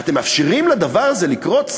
אתם מאפשרים לדבר הזה לקרות?